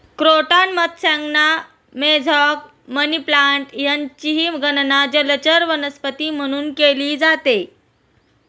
croton मत्स्यांगना, mosaic, money plant यांचीही गणना जलचर वनस्पती म्हणून केली जाते